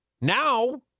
Now